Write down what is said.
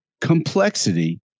complexity